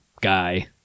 guy